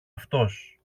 αυτός